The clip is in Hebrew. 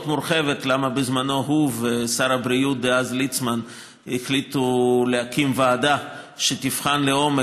מורחבת למה בזמנו הוא ושר הבריאות דאז ליצמן החליטו להקים ועדה אגב,